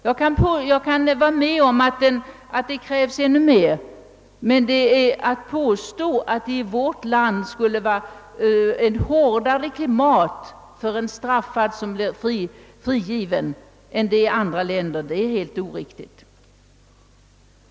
Jag kan hålla med om att det krävs ännu mer, men att påstå att det i vårt land skulle råda ett hårdare klimat än i andra länder för en straffad som blir frigiven är helt oriktigt.